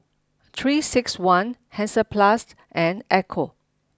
three six one Hansaplast and Ecco